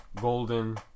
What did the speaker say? Golden